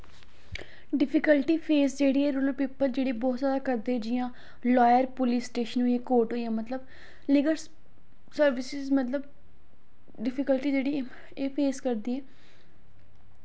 difficulty face जेह्ड़ी ऐ rural people करदे जियां लॉ पुलिस स्टेशन कोर्ट होइया मतलब लीगल सर्विस मतलब डिफीकल्टी जेह्ड़ी एह् फेस करदी